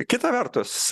kita vertus